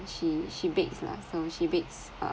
she she bakes lah so she bakes uh